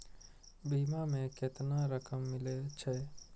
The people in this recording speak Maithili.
बीमा में केतना रकम मिले छै?